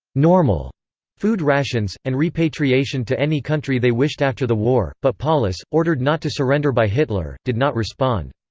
normal food rations, and repatriation to any country they wished after the war but paulus ordered not to surrender by hitler did not respond.